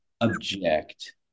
object